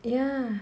ya